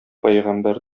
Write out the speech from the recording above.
пәйгамбәр